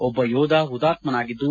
ಒಬ್ಬ ಯೋಧ ಹುತಾತ್ತನಾಗಿದ್ದು